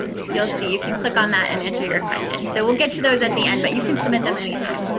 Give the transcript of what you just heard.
you'll see you can click on that and answer your questions. so we'll get to those at the end, but you can submit them anytime.